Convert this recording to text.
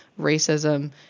racism